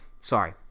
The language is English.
sorry